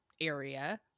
area